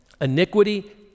iniquity